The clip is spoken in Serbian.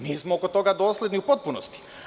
Mi smo oko toga dosledni u potpunosti.